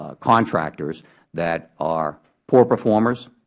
ah contractors that are poor performers,